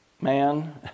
man